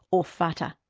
or fata,